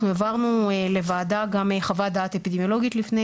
אנחנו העברנו לוועדה גם את חוות דעת אפידמיולוגית לפני